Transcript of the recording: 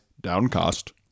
downcast